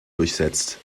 durchsetzt